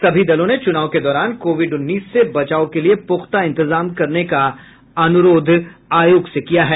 सभी दलों ने चुनाव के दौरान कोविड उन्नीस से बचाव के लिये पुख्ता इंतजाम करने का अनुरोध आयोग से किया है